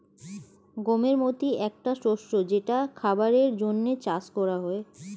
গমের মতি একটা শস্য যেটা খাবারের জন্যে চাষ করা হয়